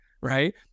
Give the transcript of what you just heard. right